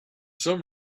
some